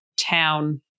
town